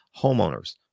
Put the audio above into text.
homeowners